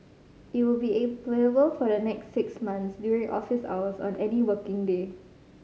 it will be available for the next six months during office hours on any working day